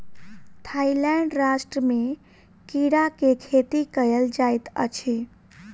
Thailand राष्ट्र में कीड़ा के खेती कयल जाइत अछि